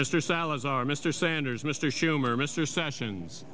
mr salazar mr sanders mr schumer mr sessions